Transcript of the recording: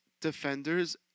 Defenders